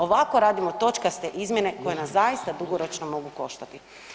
Ovako radimo točkaste izmjene koje nas zaista dugoročno mogu koštati.